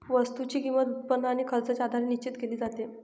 वस्तूची किंमत, उत्पन्न आणि खर्चाच्या आधारे निश्चित केली जाते